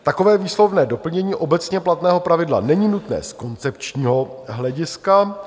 Takové výslovné doplnění obecně platného pravidla není nutné z koncepčního hlediska.